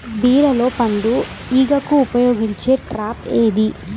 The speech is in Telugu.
బీరలో పండు ఈగకు ఉపయోగించే ట్రాప్ ఏది?